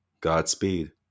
Godspeed